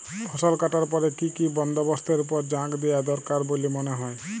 ফসলকাটার পরে কি কি বন্দবস্তের উপর জাঁক দিয়া দরকার বল্যে মনে হয়?